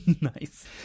Nice